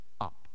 up